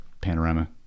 panorama